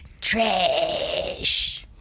Trash